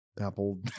Apple